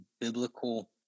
biblical